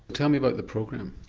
tell me about the program.